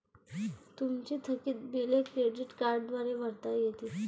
तुमची थकीत बिले क्रेडिट कार्डद्वारे भरता येतील